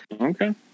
Okay